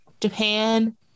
Japan